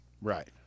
Right